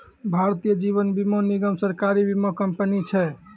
भारतीय जीवन बीमा निगम, सरकारी बीमा कंपनी छै